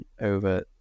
over